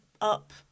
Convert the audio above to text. up